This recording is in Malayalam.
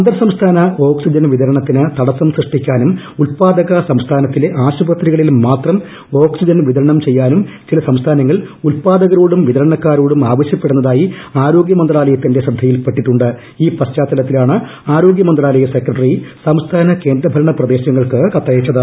അന്തർസംസ്ഥാന ഓക്സിജൻ വിതരണത്തിന് തടസ്സം സൃഷ്ടിക്കാനും ഉൽപ്പാദക സംസ്ഥാനത്തിലെ ആശുപത്രികളിൽ മാത്രം ഓക്സിജൻ വിതരണം ചെയ്യാനും ചില സംസ്ഥാനങ്ങൾ ഉൽപ്പാദകരോടും വിതരണക്കാരോടും ആവശ്യപ്പെടുന്നതായി ആരോഗ്യ മന്ത്രാലയത്തിന്റെ പശ്ചാത്തലത്തിലാണ് ആരോഗ്യമന്ത്രാലയ സെക്രട്ടറി സംസ്ഥാന കേന്ദ്രഭരണപ്രദേശങ്ങൾക്ക് കത്തയച്ചത്